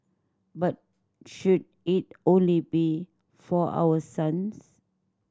but should it only be for our sons